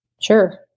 Sure